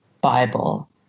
Bible